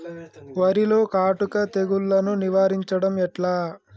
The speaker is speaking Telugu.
వరిలో కాటుక తెగుళ్లను నివారించడం ఎట్లా?